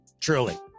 truly